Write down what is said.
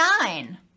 nine